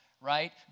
right